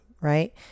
right